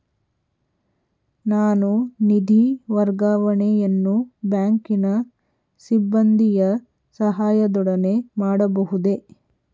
ನಾನು ನಿಧಿ ವರ್ಗಾವಣೆಯನ್ನು ಬ್ಯಾಂಕಿನ ಸಿಬ್ಬಂದಿಯ ಸಹಾಯದೊಡನೆ ಮಾಡಬಹುದೇ?